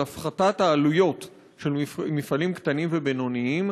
הפחתת העלויות של מפעלים קטנים ובינוניים.